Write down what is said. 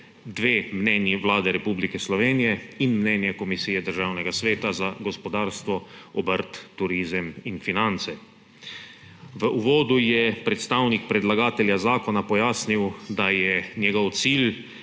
dve mnenji Vlade Republike Slovenije in mnenje Komisije Državnega sveta za gospodarstvo, obrt, turizem in finance. V uvodu je predstavnik predlagatelja zakona pojasnil, da je njegov cilj